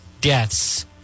deaths